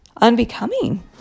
unbecoming